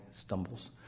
stumbles